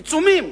עיצומים,